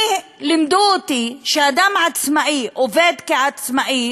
אני, לימדו אותי שאדם עצמאי, שעובד כעצמאי,